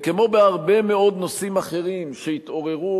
כמו בהרבה מאוד נושאים אחרים שהתעוררו,